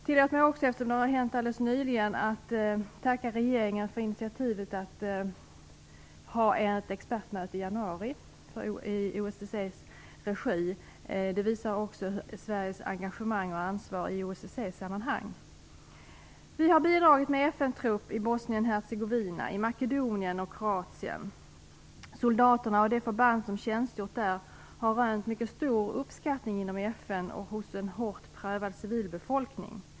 Tillåt mig också att tacka regeringen för initiativet till ett expertmöte i januari i OSSE:s regi. Det visar Sveriges engagemang och ansvar i OSSE sammanhang. Vi har bidragit med FN-trupp i Bosnien Hercegovina, i Makedonien och Kroatien. Soldaterna och de förband som tjänstgjort där har rönt mycket stor uppskattning inom FN och hos en hårt prövad civilbefolkning.